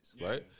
right